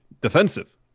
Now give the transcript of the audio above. defensive